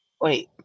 Wait